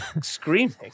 screaming